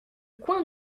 coin